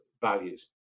values